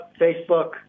Facebook